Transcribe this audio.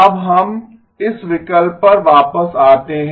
अब हम इस विकल्प पर वापस आते हैं